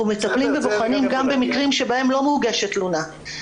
אנחנו מטפלים ובוחנים גם במקרים בהם לא מוגשת תלונה.